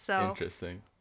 Interesting